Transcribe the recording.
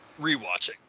rewatching